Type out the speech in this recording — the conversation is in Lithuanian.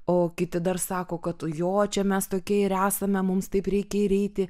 o kiti dar sako kad jo čia mes tokie ir esame mums taip reikia ir eiti